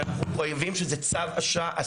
שאנחנו מחויבים שזה צו השעה.